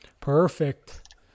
Perfect